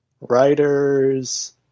writers